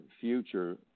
future